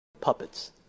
puppets